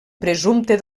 presumpte